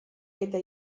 eta